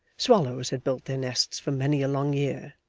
swallows had built their nests for many a long year,